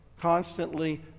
constantly